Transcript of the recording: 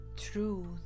truth